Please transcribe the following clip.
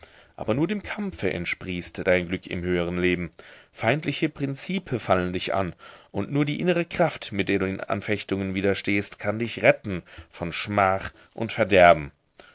aber nur dem kampfe entsprießt dein glück im höheren leben feindliche prinzipe fallen dich an und nur die innere kraft mit der du den anfechtungen widerstehst kann dich retten von schmach und verderben